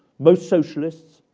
most socialists.